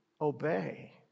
obey